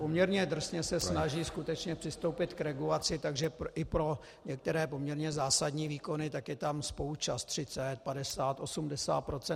Poměrně drsně se snaží skutečně přistoupit k regulaci, takže i pro některé poměrně zásadní výkony je tam spoluúčast 30, 50, 80 %.